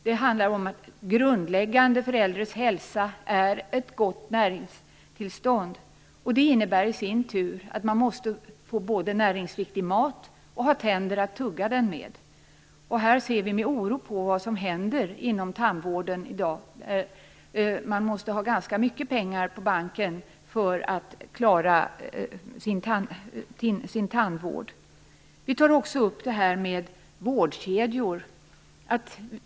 Det handlar bl.a. om att ett gott näringstillstånd är grundläggande för äldres hälsa. Det innebär i sin tur att man måste både få näringsriktig mat och ha tänder att tugga den med. Här ser vi med oro på vad som händer inom tandvården i dag. Man måste ha ganska mycket pengar på banken för att klara sin tandvård. Vi tar också upp det här med vårdkedjor.